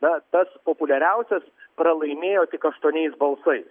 na tas populiariausias pralaimėjo tik aštuoniais balsais